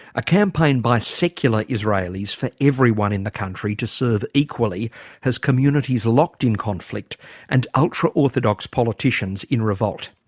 a campaign by secular israelis for everyone in the country to serve equally has communities locked in conflict and ultra-orthodox politicians in revolt.